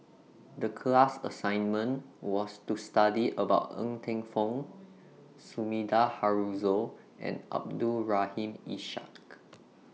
The class assignment was to study about Ng Teng Fong Sumida Haruzo and Abdul Rahim Ishak